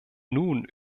nun